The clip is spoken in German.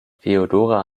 feodora